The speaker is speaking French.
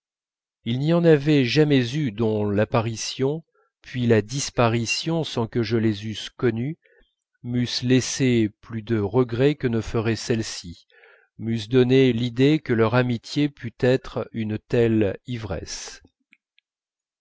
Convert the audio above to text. il n'y en avait jamais eu dont l'apparition puis la disparition sans que je les eusse connues m'eussent laissé plus de regrets que ne feraient celles-ci m'eussent donné l'idée que leur amitié pût être une telle ivresse